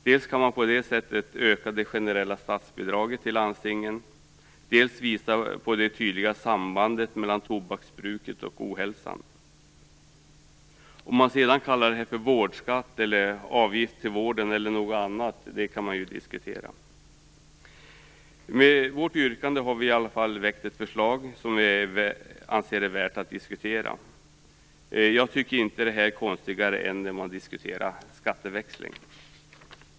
Dels kan man på det sättet öka det generella statsbidraget till landstingen, dels visa på det tydliga sambandet mellan tobaksbruket och ohälsan. Om man sedan skall kalla det här för vårdskatt, avgift till vården eller något annat kan man diskutera. Med vårt yrkande har vi i alla fall väckt ett förslag som vi anser är värt att diskutera. Jag tycker inte att det här är konstigare än när man diskuterar skatteväxling.